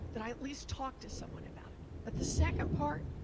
that i at least talk to somebody about it but the second part,